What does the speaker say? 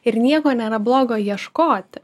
ir nieko nėra blogo ieškoti